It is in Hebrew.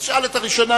אז שאל את הראשונה.